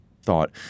thought